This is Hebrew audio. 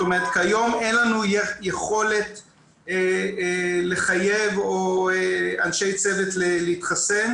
כיום אין לנו יכולת לחייב אנשי צוות להתחסן,